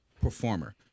performer